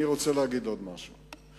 אני רוצה להגיד עוד משהו.